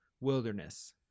wilderness